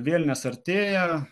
vėlinės artėja